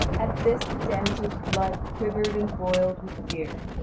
at this the damsel's blood quivered and boiled with fear,